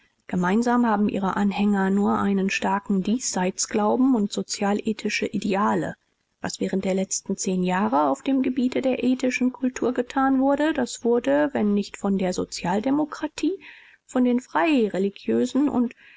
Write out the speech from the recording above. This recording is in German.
gemeinsam haben ihre anhänger nur einen starken diesseitsglauben und sozial-ethische ideale was während der letzten zehn jahre auf dem gebiete der ethischen kultur getan wurde das wurde wenn nicht von der sozialdemokratie von den freireligiösen den